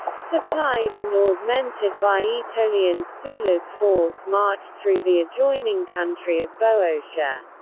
supplied and augmented by aetolians sulla's force marched through the adjoining country of boeotia.